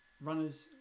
Runners